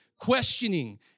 questioning